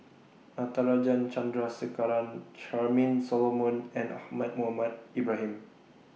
Natarajan Chandrasekaran Charmaine Solomon and Ahmad Mohamed Ibrahim